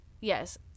Yes